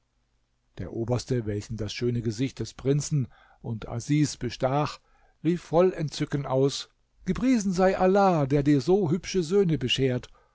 der oberste welchen das schöne gesicht des prinzen und asis bestach rief voll entzücken aus gepriesen sei allah der dir so hübsche söhne beschert